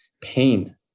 pain